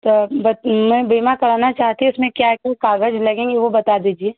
मैं बीमा कराना चाहती हूँ उसमें क्या कागज़ लगेंगे वो बता दीजिए